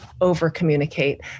over-communicate